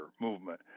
movement